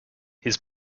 his